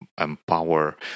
empower